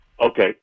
Okay